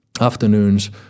afternoons